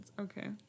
Okay